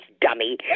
dummy